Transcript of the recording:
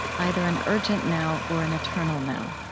either an urgent now or an eternal now.